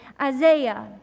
Isaiah